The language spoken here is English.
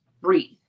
breathe